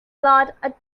lot